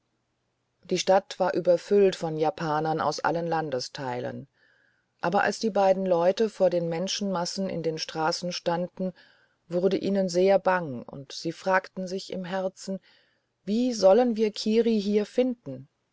die stadt war überfüllt von japanern aus allen landesteilen aber als die beiden leute vor den menschenmassen in den straßen standen wurde ihnen sehr bang und sie fragten sich im herzen wie sollen wir kiri hier finden